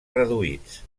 reduïts